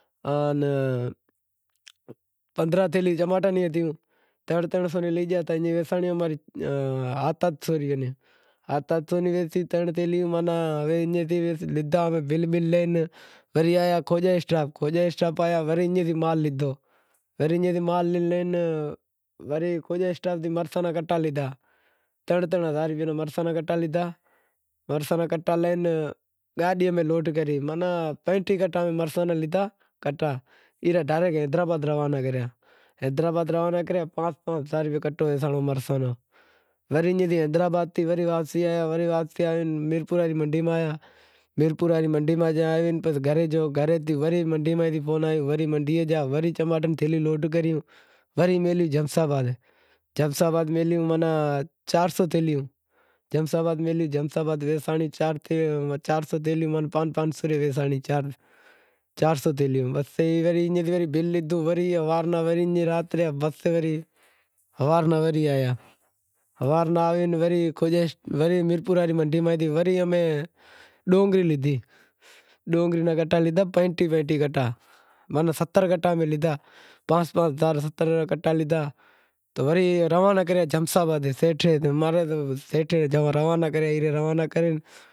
آن پندرانہں تھیلیوں چماٹاں رو ہتیوں، ترن ترن سو لے گیا ہتا اے ویسانڑیوں ہات ہات سو ری، ہات ہات سو ری ویسانڑیوں ترن تھیلیوں تو ایئں ماناں بل بل لے وری آیا کھوجے اسٹاپ کھوجے اسٹاپ آیا ور ایئں ری مال لیدہو، ایم مال لی وری کھوجے اسٹاپ مرساں را کٹا لیدہا، ترن ترن ہزار روپے را مرساں را کٹا لیدہا، مرساں را کٹا لے گاڈی میں لوڈ کری ماناں پنجٹیہہ کٹا مرساں را لیدہا کٹا، ای ڈاریکٹ حیدرآباد روانا کریا۔ حیدرآباد روانا کرے پانس پانس ہزار روپیا کٹو ویسانڑو مرساں رو۔ وری ایئں تھی حیدرآباد سیں وری واپسی آیا ایئں تھی میرپور واڑی منڈی میں آیا، میرپور واڑی منڈی میں آوے ورے گھرے تھی وڑے منڈی میں فون آیو وری منڈیے گیا وری چماٹاں ریں تھیلوں لوڈ کریوں وری ایم گیا جمس آباد، جمس آباد میلہیوں ماناں چار سو تھیلوں، جیمس آباد میلہیوں جیمس آباد ویسانڑیوں چار سو تھیلیوں مان پانس پانس سو ری ویسانڑی چار سو تھیلیوں، بس ایم تھی وری بل لیدہو وری نیکریا وری بس میں وری ہوارے وری آیا۔ ہوارے ناں ورے وری ورے میرپور واری منڈی میں تھی وری امیں ڈونگری لیدہی، ڈونگری را کٹا لیدہا پنجٹیہہ پنجٹیہہ کٹا، ماناں ستر کٹا لیدہا پانس پانس ہزار ستر کٹا لیدہا، تو ورے روانا کریا جیمس آباد سیٹھ ماں رے سیٹھ ای روانا کرے